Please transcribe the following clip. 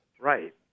Right